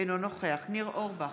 אינו נוכח ניר אורבך,